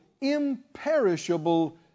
imperishable